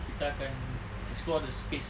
kita akan explore the space ah